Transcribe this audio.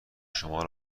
شما